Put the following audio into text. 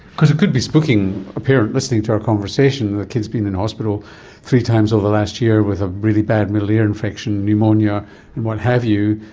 because it could be spooking a parent to listening to our conversation, the kids been in hospital three times over the last year with a really bad middle ear infection, pneumonia and what have you,